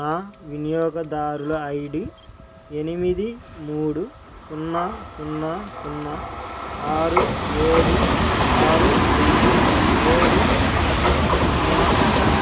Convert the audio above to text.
నా వినియోగదారుల I D ఎనిమిది మూడు సున్నా సున్నా సున్నా ఆరు ఏడు ఆరు ఐదు ఏడు ఒకటి సున్నా